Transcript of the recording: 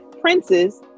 Prince's